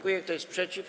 Kto jest przeciw?